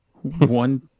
one